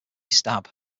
stab